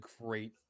great